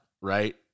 Right